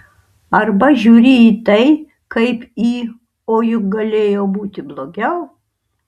arba žiūri į tai kaip į o juk galėjo būti blogiau